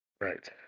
Right